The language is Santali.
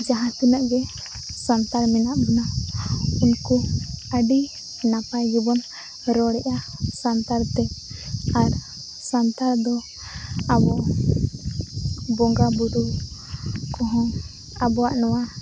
ᱡᱟᱦᱟᱸ ᱛᱤᱱᱟᱹᱜ ᱜᱮ ᱥᱟᱱᱛᱟᱲ ᱢᱮᱱᱟᱜᱵᱚᱱᱟ ᱩᱱᱠᱚ ᱟᱹᱰᱤ ᱱᱟᱯᱟᱭᱜᱮᱵᱚᱱ ᱨᱚᱲᱮᱫᱼᱟ ᱥᱟᱱᱛᱟᱲ ᱛᱮ ᱟᱨ ᱥᱟᱱᱛᱟᱲ ᱫᱚ ᱟᱵᱚ ᱵᱚᱸᱜᱟ ᱵᱳᱨᱳ ᱠᱚᱦᱚᱸ ᱟᱵᱚᱣᱟᱜ ᱱᱚᱣᱟ